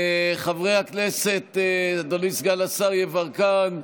חברי הכנסת, אדוני סגן השר יברקן,